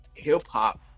hip-hop